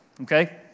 Okay